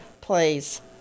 please